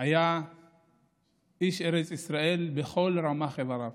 היה איש ארץ ישראל בכל רמ"ח איבריו